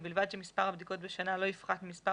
ובלבד שמספר הבדיקות בשנה לא יפחת ממספר